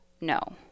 no